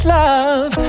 love